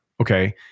okay